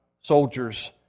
soldiers